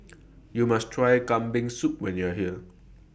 YOU must Try Kambing Soup when YOU Are here